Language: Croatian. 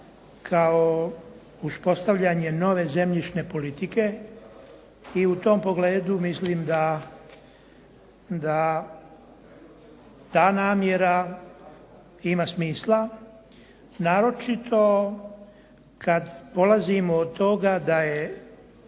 kao uspostavljanje nove zemljišne politike i u tom pogledu mislim da ta namjera ima smisla naročito kad polazimo od toga da je